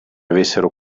avessero